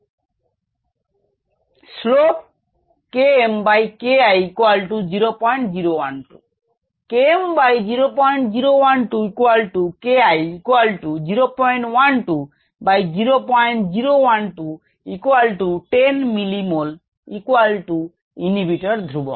∴slope KmKI0012 Km0012 KI 012001210mM inhibitor ধ্রুবক